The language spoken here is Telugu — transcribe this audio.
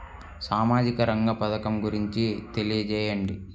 సామాజిక రంగ పథకం గురించి తెలియచేయండి?